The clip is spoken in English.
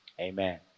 Amen